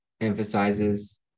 emphasizes